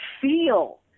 feel